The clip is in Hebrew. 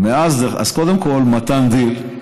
אז קודם כול, מתן דיל,